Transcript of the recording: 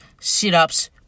sit-ups